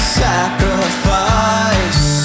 sacrifice